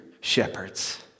shepherds